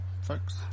folks